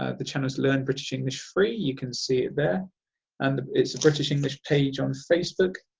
ah the channel is learn british english free you can see it there and it's the british english page on facebook.